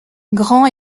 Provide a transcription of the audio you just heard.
grand